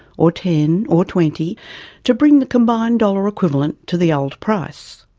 or ten or twenty to bring the combined dollar equivalent to the old price.